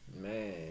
Man